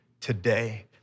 today